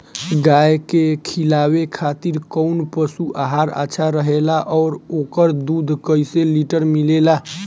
गाय के खिलावे खातिर काउन पशु आहार अच्छा रहेला और ओकर दुध कइसे लीटर मिलेला?